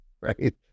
right